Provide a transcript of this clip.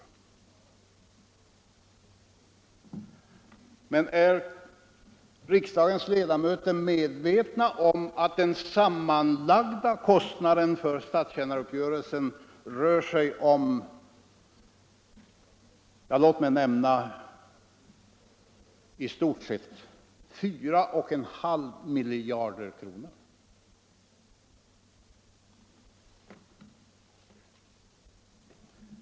Men är riksdagens ledamöter medvetna om att den sammanlagda kostnaden för statstjänaruppgörelsen rör sig om i stort sett 4,5 miljarder kronor?